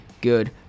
good